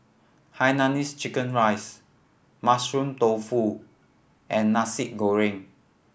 hainanese chicken rice Mushroom Tofu and Nasi Goreng